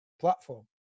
platform